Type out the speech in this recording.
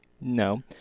No